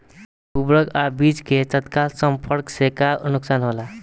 उर्वरक अ बीज के तत्काल संपर्क से का नुकसान होला?